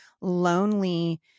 lonely